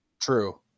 True